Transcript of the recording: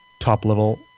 top-level